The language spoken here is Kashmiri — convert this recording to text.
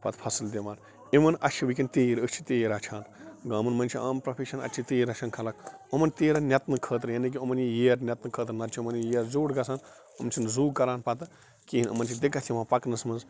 پتہٕ فصل دِوان اِوٕن اَسہِ چھِ وٕنکیٚن تیٖر أسۍ چھِ تیٖر رَچھان گامن منٛز چھِ عام پرۄفِشن اَتہِ چھِ تیٖر رَچھان خلق یِمن تیٖرن نیٚتنہٕ خٲطرٕ یعنے کہِ یِمن یہِ ییر نیٚتنہٕ خٲطرٕ نَہ چھُ یِمن یہِ ییر زیوٹھ گَژھان یِم چھِنہٕ زو کَران پتہٕ کہیٖنۍ یِمن چھِ دِقت یِوان پکنس منٛز